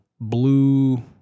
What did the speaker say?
Blue